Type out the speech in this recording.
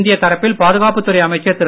இந்திய தரப்பில் பாதுகாப்புத்துறை அமைச்சர் திரு